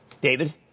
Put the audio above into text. David